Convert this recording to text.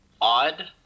odd